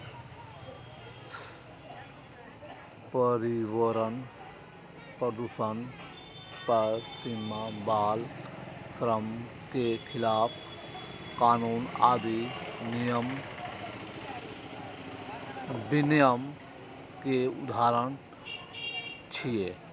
पर्यावरण प्रदूषण पर सीमा, बाल श्रम के खिलाफ कानून आदि विनियम के उदाहरण छियै